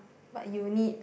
but you will need